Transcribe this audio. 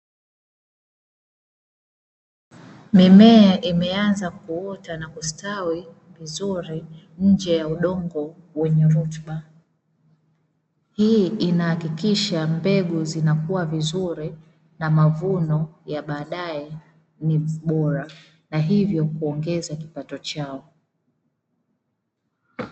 Mimea imeanza kuota na kustawi vizuri nje ya udongo wenye rutuba. Hii inahakikisha mbegu zinakua vizuri na mavuno ya baadaye ni bora na hivyo kuongeza kipato chao.